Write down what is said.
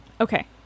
Okay